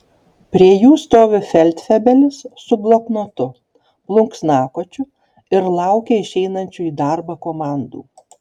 prie jų stovi feldfebelis su bloknotu plunksnakočiu ir laukia išeinančių į darbą komandų